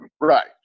Right